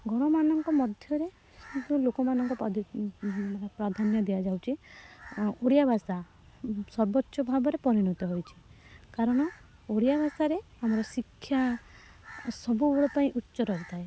ଗଣମାଧ୍ୟମ ମାନଙ୍କ ମଧ୍ୟରେ ଲୋକମାନଙ୍କ ପ୍ରାଧାନ୍ୟ ଦିଆଯାଉଛି ଓଡ଼ିଆ ଭାଷା ସର୍ବୋଚ୍ଚ ଭାବରେ ପରିଣତ ହୋଇଛି କାରଣ ଓଡ଼ିଆଭାଷାରେ ଆମର ଶିକ୍ଷା ସବୁବେଳ ପାଇଁ ଉଚ୍ଚ ରହିଥାଏ